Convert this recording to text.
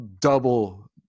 double